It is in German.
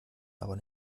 aber